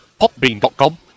Popbean.com